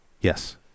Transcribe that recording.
Yes